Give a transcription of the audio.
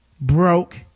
broke